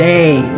Day